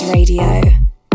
Radio